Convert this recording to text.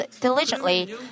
diligently